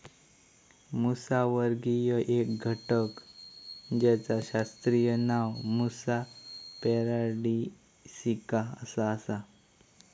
मुसावर्गीय एक घटक जेचा शास्त्रीय नाव मुसा पॅराडिसिका असा आसा